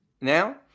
now